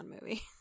movie